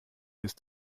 ist